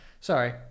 Sorry